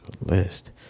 list